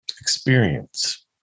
Experience